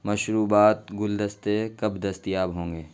مشروبات گلدستے کب دستیاب ہوں گے